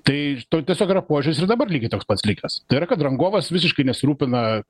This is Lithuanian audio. tai tiesiog yra požiūris ir dabar lygiai toks pats likęs tai yra kad rangovas visiškai nesirūpina